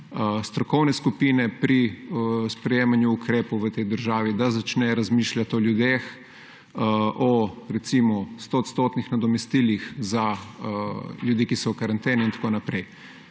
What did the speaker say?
strokovne skupine pri sprejemanju ukrepov v tej državi, da začne razmišljati o ljudeh, o recimo 100-odstotnih nadomestilih za ljudi, ki so v karanteni, in tako naprej.